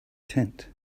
tent